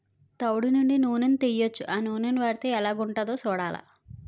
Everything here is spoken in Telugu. తవుడు నుండి నూనని తీయొచ్చు ఆ నూనని వాడితే ఎలాగుంటదో సూడాల